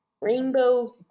Rainbow